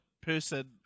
person